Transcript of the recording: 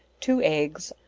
two eggs,